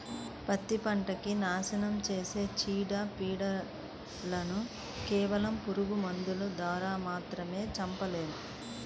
పత్తి పంటకి నాశనం చేసే చీడ, పీడలను కేవలం పురుగు మందుల ద్వారా మాత్రమే చంపలేము